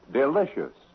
delicious